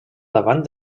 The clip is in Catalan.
davant